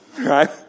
right